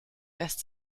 lässt